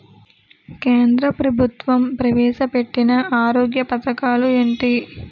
కేంద్ర ప్రభుత్వం ప్రవేశ పెట్టిన ఆరోగ్య పథకాలు ఎంటి?